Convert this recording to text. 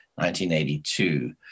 1982